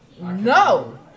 no